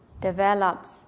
develops